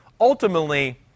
Ultimately